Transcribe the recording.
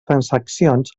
transaccions